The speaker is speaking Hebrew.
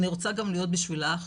אני רוצה גם להיות בשביל האח.